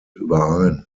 überein